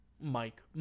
Mike